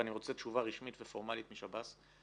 ואני רוצה תשובה רשמית ופורמלית משב"ס,